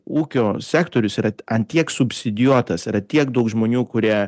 ūkio sektorius yra ant tiek subsidijuotas yra tiek daug žmonių kurie